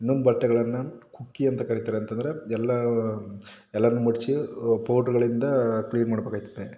ಇನ್ನೊಂದು ಬಟ್ಟೆಗಳನ್ನು ಕುಕ್ಕಿ ಅಂತ ಕರಿತಾರೆ ಅಂತ ಅಂದರೆ ಎಲ್ಲ ಎಲ್ಲರನ್ನು ಮಡಚಿ ಪೌಡ್ರ್ಗಳಿಂದ ಕ್ಲೀನ್ ಮಾಡಬೇಕಾಯ್ತದೆ